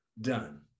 Done